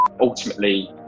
Ultimately